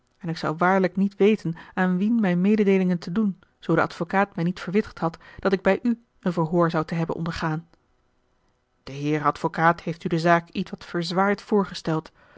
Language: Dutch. en ik zou waarlijk niet weten aan wien mijne mededeelingen te doen zoo de advocaat mij niet verwittigd had dat ik bij u een verhoor zou te hebben ondergaan de heer advocaat heeft u de zaak ietwat verzwaard voorgesteld